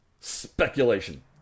Speculation